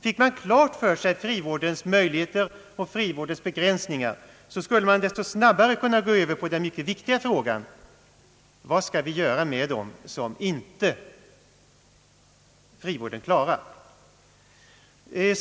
Om man finge klart för sig frivårdens både möjligheter och begränsningar, skulle man kunna gå över till den mycket viktiga frågan: vad skall vi göra med dem som frivården inte klarar?